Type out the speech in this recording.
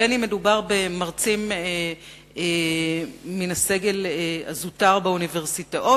בין אם מדובר במרצים מן הסגל הזוטר באוניברסיטאות,